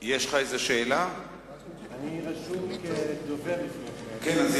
אני רשום כדובר לפני כן.